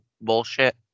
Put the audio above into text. bullshit